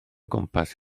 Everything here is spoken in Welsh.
gwmpas